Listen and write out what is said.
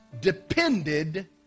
depended